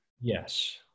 Yes